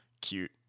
cute